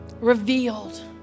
Revealed